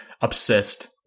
obsessed